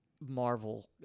Marvel